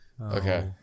Okay